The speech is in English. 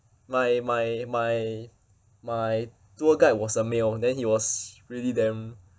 my my my my tour guide was a male then he was really damn